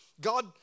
God